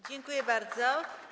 Dziękuję bardzo.